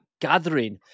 gathering